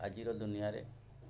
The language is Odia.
ଆଜିର ଦୁନିଆରେ